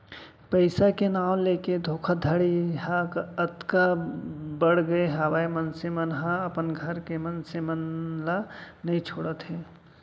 पइसा के नांव लेके धोखाघड़ी ह अतका बड़गे हावय मनसे मन ह अपन घर के मनसे मन ल नइ छोड़त हे